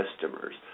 customers